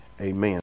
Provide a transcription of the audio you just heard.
Amen